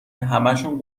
همهشون